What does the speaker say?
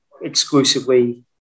exclusively